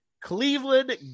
Cleveland